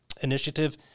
initiative